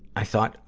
i thought,